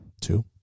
Two